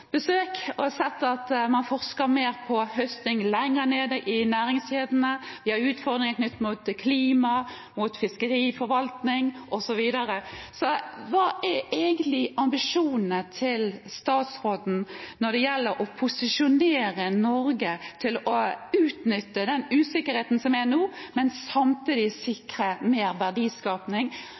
besøk og sett at man forsker mer på høsting lenger nede i næringskjedene, og vi har utfordringer knyttet til klima, mot fiskeriforvaltning osv. Så hva er egentlig ambisjonene til statsråden når det gjelder å posisjonere Norge, med hensyn til å utnytte den usikkerheten som er nå, men samtidig sikre mer verdiskapning